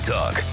Talk